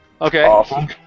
Okay